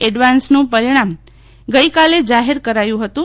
એડવાન્સનું પરિણામ ગઈકાલે જાહેર કરાયું હતું